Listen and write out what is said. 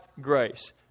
grace